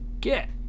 get